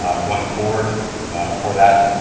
going forward for that